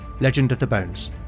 legendofthebones